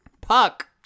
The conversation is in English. Puck